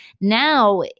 now